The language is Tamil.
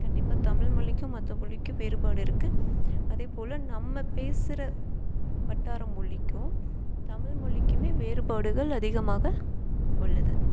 கண்டிப்பாக தமிழ்மொழிக்கும் மத்த மொழிக்கும் வேறுபாடு இருக்குது அதே போல நம்ம பேசுகிற வட்டார மொழிக்கும் தமிழ் மொழிக்கும் வேறுபாடுகள் அதிகமாக உள்ளது